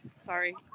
Sorry